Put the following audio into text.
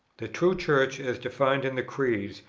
the true church, as defined in the creeds,